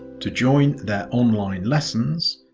to join their online lessons,